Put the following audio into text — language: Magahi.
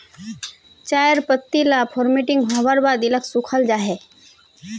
चायर पत्ती ला फोर्मटिंग होवार बाद इलाक सुखाल जाहा